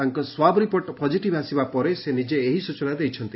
ତାଙ୍କ swab report positive ଆସିବା ପରେ ସେ ନିଜେ ଏହି ସୂଚନା ଦେଇଛନ୍ତି